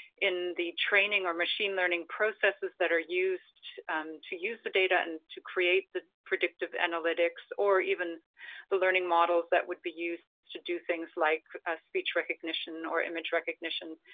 in the training or machine learning processes that are used to use the data and to create the predictive analytics, or even the learning models that would be used to do things like speech recognition or image recognition,